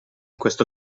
questo